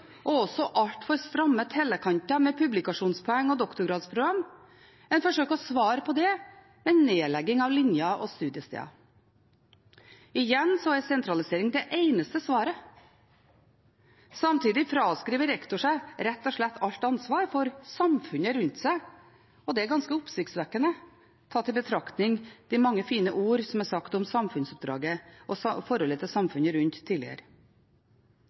og også altfor stramme tellekanter med publikasjonspoeng og doktorgradsprogram. En forsøker å svare på det med nedlegging av linjer og studiesteder. Igjen er sentralisering det eneste svaret. Samtidig fraskriver rektor seg rett og slett alt ansvar for samfunnet rundt seg. Det er ganske oppsiktsvekkende, tatt i betraktning de mange fine ord som tidligere er sagt om samfunnsoppdraget og forholdet til samfunnet rundt.